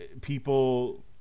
people